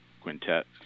quintet